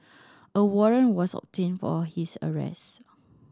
a warrant was obtained for his arrest